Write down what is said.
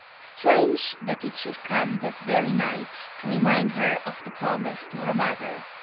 strange that it should come that very night to remind her of the promise to her mother,